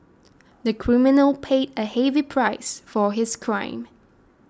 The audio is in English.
the criminal paid a heavy price for his crime